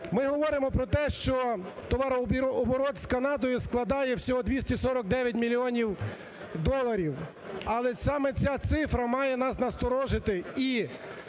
Ми говоримо про те, що товарооборот з Канадою складає всього 249 мільйонів доларів. Але саме ця цифра має нас насторожити і